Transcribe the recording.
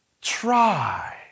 try